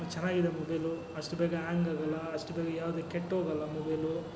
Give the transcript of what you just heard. ಚೆನ್ನಾಗಿ ಇದೆ ಮೊಬೈಲು ಅಷ್ಟು ಬೇಗ ಆ್ಯಂಗ್ ಆಗಲ್ಲ ಅಷ್ಟು ಬೇಗ ಯಾವುದೆ ಕೆಟ್ಟು ಹೋಗಲ್ಲ ಮೊಬೈಲು